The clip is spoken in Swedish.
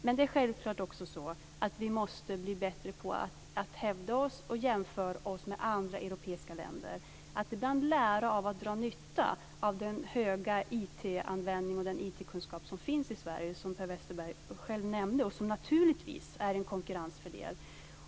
Men det är självklart också så att vi måste bli bättre på att hävda oss och jämföra oss med andra europeiska länder och ibland lära och dra nytta av den stora IT-användning och IT kunskap som finns i Sverige, som Per Westerberg själv nämnde och som naturligtvis är en konkurrensfördel.